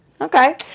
Okay